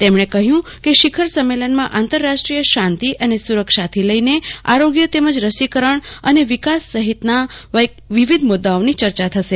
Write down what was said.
તેમણે કહયું કે શિખર સંમલનમાં આંતરરાષ્ટિય શાંતિ અને સુરક્ષાથી લઈને આરોગ્ય તેમજ રસીકરણ અને વિકાસ સહિતના વૈવિધ મૂદદાઓની ચર્ચા થશે